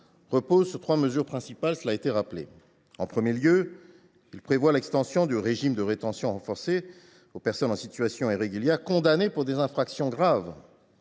repose sur trois mesures principales. Tout d’abord, il prévoit l’extension du régime de rétention renforcée aux personnes en situation irrégulière condamnées pour des infractions graves.